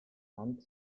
land